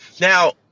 Now